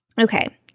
Okay